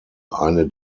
eine